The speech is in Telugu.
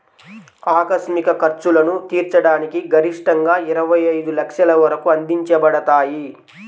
ఆకస్మిక ఖర్చులను తీర్చడానికి గరిష్టంగాఇరవై ఐదు లక్షల వరకు అందించబడతాయి